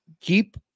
Keep